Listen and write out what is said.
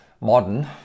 modern